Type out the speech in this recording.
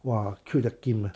!wah! qio tio kim ah